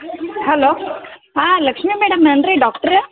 hello ಹಾಂ Lakshmi madam ಏನ್ರಿ doctor